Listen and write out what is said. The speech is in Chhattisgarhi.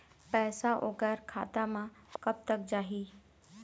पैसा ओकर खाता म कब तक जाही?